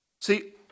See